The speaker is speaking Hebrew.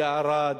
בערד,